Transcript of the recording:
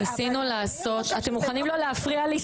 אתם מוכנים לא להפריע לי?